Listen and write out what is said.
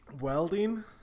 Welding